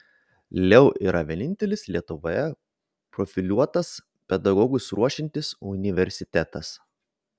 leu yra vienintelis lietuvoje profiliuotas pedagogus ruošiantis universitetas